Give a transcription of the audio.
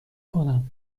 کنم